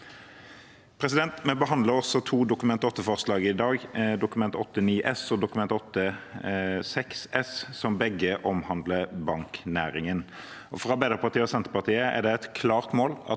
situasjon. Vi behandler også to Dokument 8-forslag i dag, Dokument 8:9 S og Dokument 8:6 S, som begge omhandler banknæringen. For Arbeiderpartiet og Senterpartiet er det et klart mål at